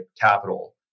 capital